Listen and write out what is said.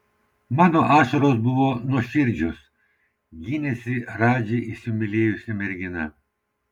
mano ašaros buvo nuoširdžios gynėsi radži įsimylėjusi mergina